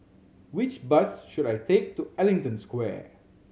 which bus should I take to Ellington Square